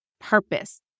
purpose